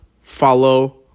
follow